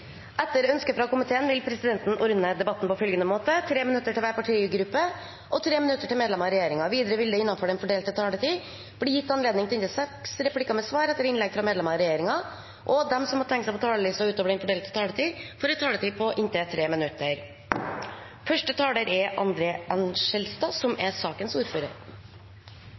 Etter ønske fra næringskomiteen vil presidenten ordne debatten på følgende måte: 3 minutter til hver partigruppe og 3 minutter til medlemmer av regjeringen. Videre vil det – innenfor den fordelte taletid – bli gitt anledning til inntil seks replikker med svar etter innlegg fra medlemmer av regjeringen, og de som måtte tegne seg på talerlisten utover den fordelte taletid, får en taletid på inntil 3 minutter. Skogen i Norge er en stor biologisk ressurs som